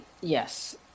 yes